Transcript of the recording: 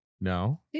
No